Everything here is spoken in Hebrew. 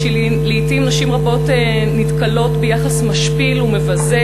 ולעתים נשים רבות נתקלות ביחס משפיל ומבזה